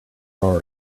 are